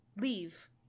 leave